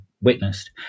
witnessed